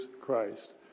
Christ